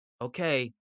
Okay